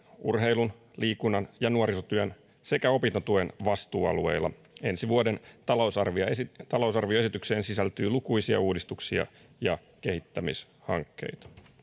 urheilun liikunnan ja nuorisotyön sekä opintotuen vastuualueilla ensi vuoden talousarvioesitykseen sisältyy lukuisia uudistuksia ja kehittämishankkeita